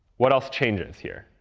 what else changes here?